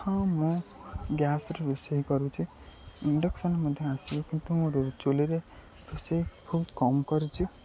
ହଁ ମୁଁ ଗ୍ୟାସ୍ରେ ରୋଷେଇ କରୁଛି ଇଣ୍ଡକ୍ସନ୍ ମଧ୍ୟ ଆସିବ କିନ୍ତୁ ମୋ ଚୁଲିରେ ରୋଷେଇ ଖୁବ୍ କମ୍ କରିଛି